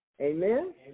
Amen